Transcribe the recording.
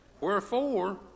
Wherefore